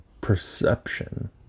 perception